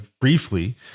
briefly